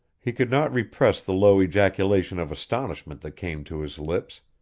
he could not repress the low ejaculation of astonishment that came to his lips,